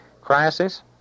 crisis